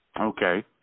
Okay